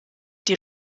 die